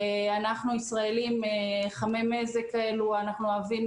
אנחנו ישראלים ואנחנו חמי מזג ואנחנו אוהבים